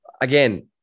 again